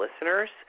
listeners